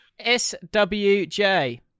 SWJ